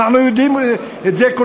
כולנו יודעים את זה,